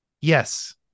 Yes